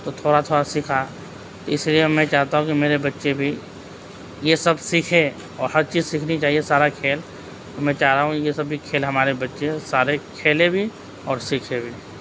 تو تھوڑا تھوڑا سیکھا اسی لیے اب میں چاہتا ہوں کہ میرے بچّے بھی یہ سب سیکھے اور ہر چیز سیکھنی چاہیے سارا کھیل میں چاہ رہا ہوں یہ سب بھی کھیل ہمارے بچّے سارے کھیلیں بھی اور سیکھیں بھی